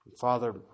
Father